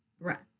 breath